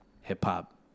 hip-hop